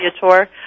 tour